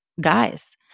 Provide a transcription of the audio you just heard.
guys